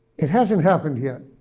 it hasn't happened yet.